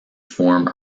form